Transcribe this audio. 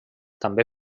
també